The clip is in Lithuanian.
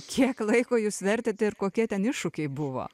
kiek laiko jūs vertėt ir kokie ten iššūkiai buvo